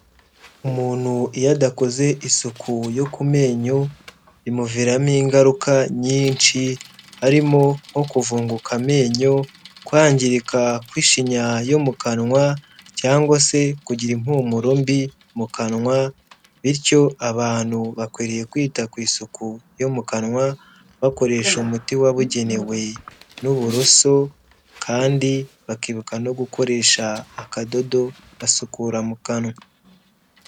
Umuntu iyo adakoze isuku yo ku menyo, bimuviramo ingaruka nyinshi harimo nko kuvunguka amenyo, kwangirika kw'ishinya yo mu kanwa cyangwa se kugira impumuro mbi mu kanwa, bityo abantu bakwiriye kwita ku isuku yo mu kanwa, bakoresha umuti wabugenewe n'uburoso kandi bakibuka no gukoresha akadodo basukura mu kanwa.